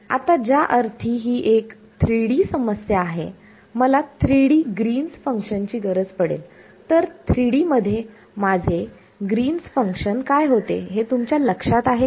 आता ज्या अर्थी ही एक 3D समस्या आहे मला 3D ग्रीन्स फंक्शनGreen's function ची गरज पडेल तर 3D मध्ये माझे ग्रीन्स फंक्शनGreen's function काय होते हे तुमच्या लक्षात आहे का